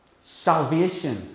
salvation